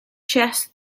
chess